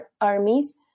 armies